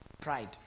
Pride